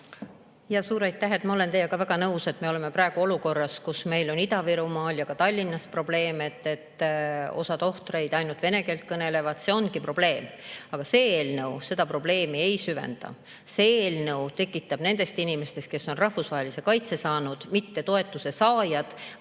Jah, suur aitäh! Ma olen teiega väga nõus, et me oleme praegu olukorras, kus meil on Ida-Virumaal ja ka Tallinnas probleeme, et osa tohtreid ainult vene keelt kõnelevad. See ongi probleem. Aga see eelnõu seda probleemi ei süvenda. See eelnõu tekitab nendest inimestest, kes on rahvusvahelise kaitse saanud, mitte ainult toetuse saajad,